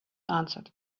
answered